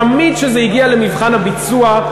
תמיד כשזה הגיע למבחן הביצוע,